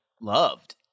loved